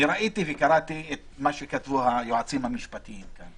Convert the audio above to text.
אני ראיתי וקראתי מה שכתבו היועצים המשפטיים כאן